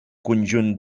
conjunt